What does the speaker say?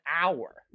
hour